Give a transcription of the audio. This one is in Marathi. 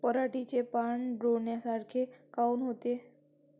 पराटीचे पानं डोन्यासारखे काऊन होते?